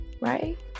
Right